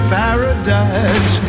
paradise